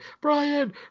Brian